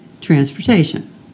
transportation